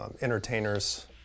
entertainers